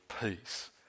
peace